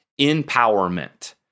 empowerment